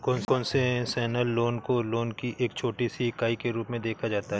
concessional loan को loan की एक छोटी सी इकाई के रूप में देखा जाता है